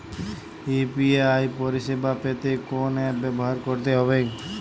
UPI পরিসেবা পেতে কোন অ্যাপ ব্যবহার করতে হবে?